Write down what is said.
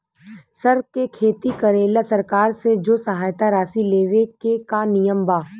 सर के खेती करेला सरकार से जो सहायता राशि लेवे के का नियम बा?